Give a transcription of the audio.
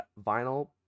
vinyl